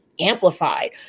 amplified